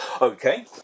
Okay